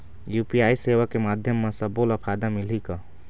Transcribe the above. UPI सेवा के माध्यम म सब्बो ला फायदा मिलही का?